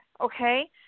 okay